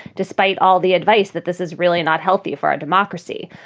despite all the advice that this is really not healthy for a democracy.